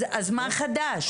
אז מה חדש?